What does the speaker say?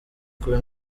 kuba